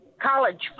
College